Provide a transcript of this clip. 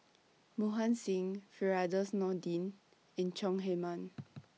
Mohan Singh Firdaus Nordin and Chong Heman